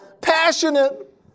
passionate